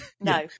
No